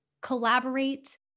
collaborate